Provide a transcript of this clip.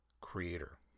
creator